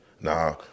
Nah